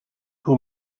who